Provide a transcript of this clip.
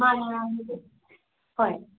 ꯑꯪ ꯍꯣꯏ